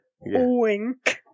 Wink